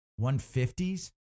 150s